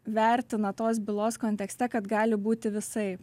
vertina tos bylos kontekste kad gali būti visaip